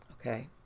okay